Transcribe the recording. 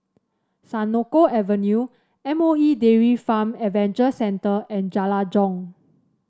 Senoko Avenue M O E Dairy Farm Adventure Centre and Jalan Jong